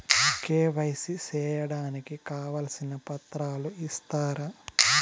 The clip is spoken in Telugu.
కె.వై.సి సేయడానికి కావాల్సిన పత్రాలు ఇస్తారా?